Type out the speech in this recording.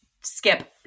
Skip